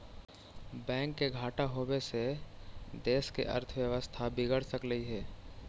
bank के घाटा होबे से देश के अर्थव्यवस्था बिगड़ सकलई हे